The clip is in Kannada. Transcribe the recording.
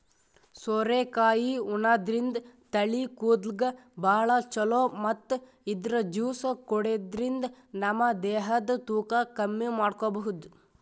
ಸೋರೆಕಾಯಿ ಉಣಾದ್ರಿನ್ದ ತಲಿ ಕೂದಲ್ಗ್ ಭಾಳ್ ಛಲೋ ಮತ್ತ್ ಇದ್ರ್ ಜ್ಯೂಸ್ ಕುಡ್ಯಾದ್ರಿನ್ದ ನಮ ದೇಹದ್ ತೂಕ ಕಮ್ಮಿ ಮಾಡ್ಕೊಬಹುದ್